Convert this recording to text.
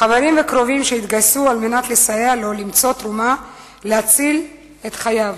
חברים וקרובים שהתגייסו על מנת לסייע לו למצוא תרומה להצלת חייו.